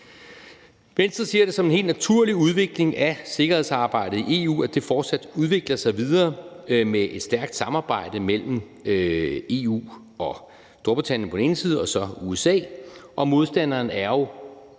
Venstre ser det som en helt naturlig udvikling af sikkerhedsarbejdet i EU, at det fortsat udvikler sig videre med et stærkt samarbejde mellem EU og Storbritannien på den ene side og USA på den anden side,